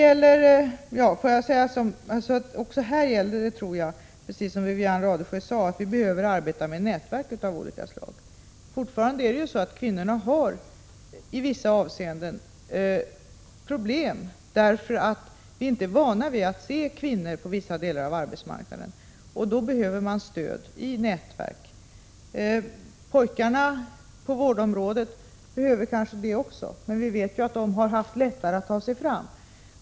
Får jag säga att vi även här— precis som Wivi-Anne Radesjö sade — behöver arbeta med nätverk av olika slag. Fortfarande har kvinnorna i några avseenden problem därför att vi inte är vana vid att se kvinnor på vissa delar av arbetsmarknaden. Då behöver man stöd i nätverk. Pojkarna på vårdområdet behöver kanske också sådant stöd, men vi vet att de har haft lättare att ta sig fram.